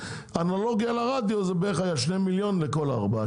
באנלוגיה לרדיו זה בערך היה שני מיליון לכל הארבעה.